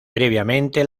previamente